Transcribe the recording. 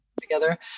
together